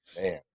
man